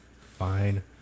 Fine